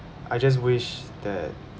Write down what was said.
I just wish that